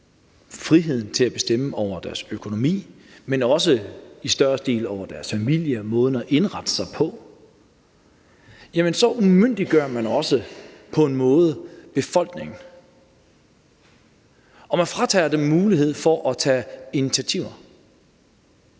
friheden til at bestemme over deres økonomi, men også i større stil over deres familie og måden at indrette sig på, så umyndiggør man på en måde også befolkningen, og man fratager dem muligheden for at tage initiativer.